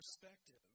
perspective